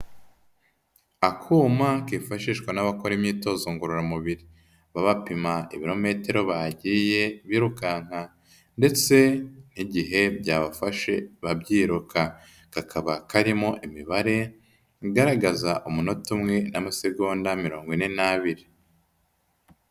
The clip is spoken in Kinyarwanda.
Akuma kifashishwa n'abakora imyitozo ngororamubiri, babapima ibirometero bagiye birukanka ndetse n'igihe byafashe babyiruka, kakaba karimo imibare igaragaza umunota umwe n'amasegonda mirongo ine n'abiri.